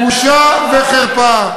בושה וחרפה.